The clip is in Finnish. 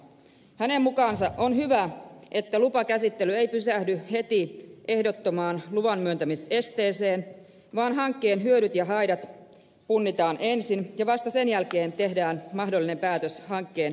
hänen mukaansa on hyvä että lupakäsittely ei pysähdy heti ehdottomaan luvanmyöntämisesteeseen vaan hankkeen hyödyt ja haitat punnitaan ensin ja vasta sen jälkeen tehdään mahdollinen päätös hankkeen pysäyttämisestä